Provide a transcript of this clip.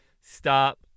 stop